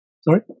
Sorry